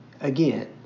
again